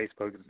Facebook